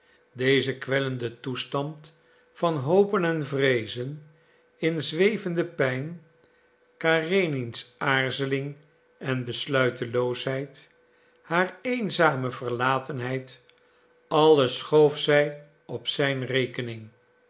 dezen kwellenden toestand van hopen en vreezen in zwevende pijn karenins aarzeling en besluiteloosheid haar eenzame verlatenheid alles schoof zij op zijn rekening